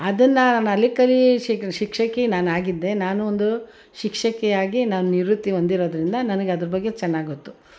ಅದನ್ನು ನಲಿ ಕಲಿ ಶಿಕ್ಷಕಿ ನಾನಾಗಿದ್ದೆ ನಾನು ಒಂದು ಶಿಕ್ಷಕಿಯಾಗಿ ನಾನು ನಿವೃತ್ತಿ ಹೊಂದಿರೋದ್ರಿಂದ ನನಗೆ ಅದ್ರ ಬಗ್ಗೆ ಚೆನ್ನಾಗಿ ಗೊತ್ತು